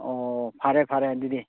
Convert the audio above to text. ꯑꯣ ꯐꯔꯦ ꯐꯔꯦ ꯑꯗꯨꯗꯤ